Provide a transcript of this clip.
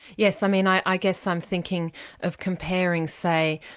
yes i mean i guess i'm thinking of comparing, say,